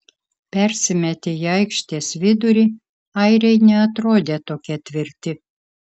persimetę į aikštės vidurį airiai neatrodė tokie tvirti